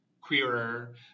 queerer